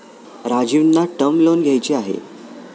राजीवना term loan घ्यायचे आहे